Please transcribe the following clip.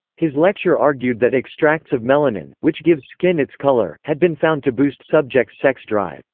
his lecture argued that extracts of melanin which gives skin its color had been found to boost subjects' sex drive.